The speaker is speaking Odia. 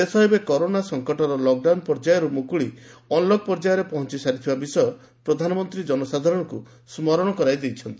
ଦେଶ ଏବେ କରୋନା ସଂକଟର ଲକଡାଉନ ପର୍ଯ୍ୟାୟରୁ ମୁକୁଳି ଅନ୍ଲକ୍ ପର୍ଯ୍ୟାୟରେ ପହଞ୍ଚ ସାରିଥିବା ବିଷୟ ପ୍ରଧାନମନ୍ତ୍ରୀ ଜନସାଧାରଣଙ୍କୁ ସ୍କରଣ କରାଇ ଦେଇଛନ୍ତି